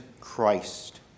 Christ